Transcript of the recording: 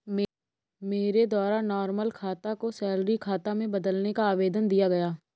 मेरे द्वारा नॉर्मल खाता को सैलरी खाता में बदलने का आवेदन दिया गया